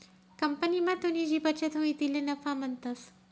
कंपनीमा तुनी जी बचत हुई तिले नफा म्हणतंस